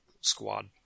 squad